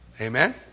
Amen